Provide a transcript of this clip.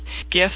gift